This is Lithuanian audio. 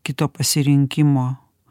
kito pasirinkimo